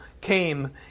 came